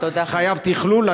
חייבים תכלול.